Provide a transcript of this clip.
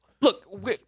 Look